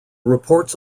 reports